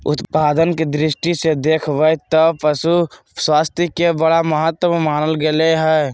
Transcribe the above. उत्पादन के दृष्टि से देख बैय त पशु स्वास्थ्य के बड़ा महत्व मानल गले हइ